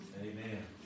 Amen